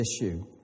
issue